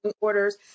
orders